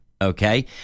Okay